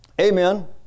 amen